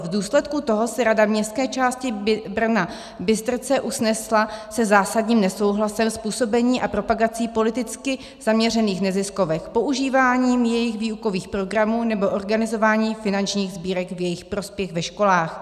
V důsledku toho se rada městské části BrnaBystrce usnesla se zásadním nesouhlasem s působením a propagací politicky zaměřených neziskovek, používáním jejich výukových programů nebo organizováním finančních sbírek v jejich prospěch ve školách.